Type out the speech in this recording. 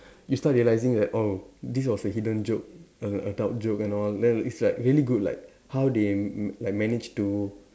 you start realising that oh this was a hidden joke a adult joke and all then it's like really good like how they like managed to